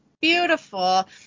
beautiful